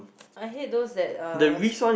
I hate those that uh